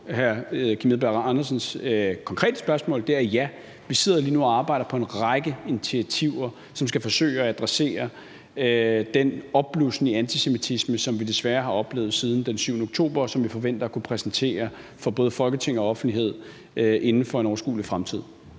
hr. Kim Edberg Andersens konkrete spørgsmål: Ja, vi sidder lige nu og arbejder på en række initiativer, som skal forsøge at adressere den opblussen i antisemitismen, som vi desværre har oplevet siden den 7. oktober, og vi forventer at kunne præsentere dem for både Folketinget og offentligheden inden for en overskuelig fremtid.